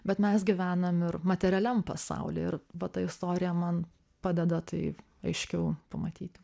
bet mes gyvenam ir materialiam pasauly ir va ta istorija man padeda tai aiškiau pamatyti